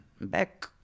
back